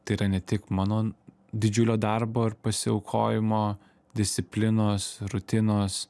tai yra ne tik mano didžiulio darbo ar pasiaukojimo disciplinos rutinos